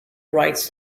rights